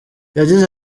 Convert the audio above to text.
yagize